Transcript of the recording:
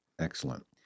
Excellent